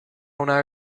una